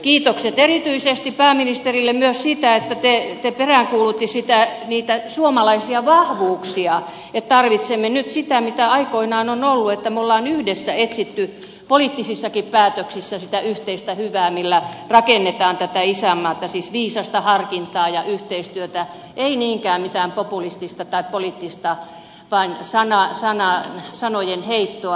kiitokset erityisesti pääministerille myös siitä että te peräänkuulutitte niitä suomalaisia vahvuuksia että tarvitsemme nyt sitä mitä aikoinaan on ollut että me olemme yhdessä etsineet poliittisissakin päätöksissä sitä yhteistä hyvää millä rakennetaan tätä isänmaata siis viisasta harkintaa ja yhteistyötä ei niinkään mitään populistista tai poliittista sanojen heittoa